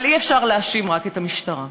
אבל אי-אפשר להאשים רק את המשטרה.